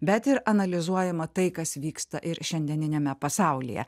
bet ir analizuojama tai kas vyksta ir šiandieniniame pasaulyje